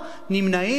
נמנעים,